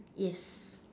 yes